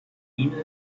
ihnen